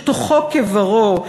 שתוכו כברו,